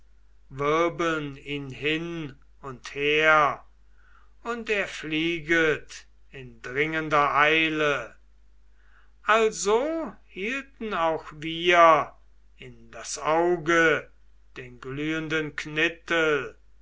wirbeln ihn hin und her und er flieget in dringender eile also hielten auch wir in das auge den glühenden knittel